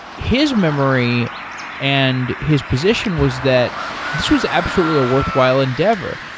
his memory and his position was that this was absolutely a worthwhile endeavor.